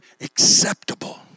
acceptable